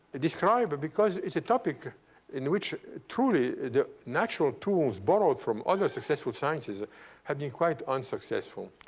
describe, but because it's a topic in which truly the natural tools borrowed from other successful sciences have been quite unsuccessful.